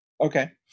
Okay